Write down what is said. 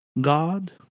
God